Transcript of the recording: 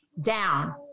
down